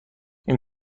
این